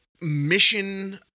mission